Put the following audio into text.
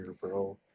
bro